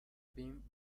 being